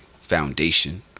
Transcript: foundation